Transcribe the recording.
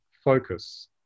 focus